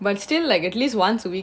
but still like at least once a week